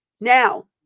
now